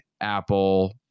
Apple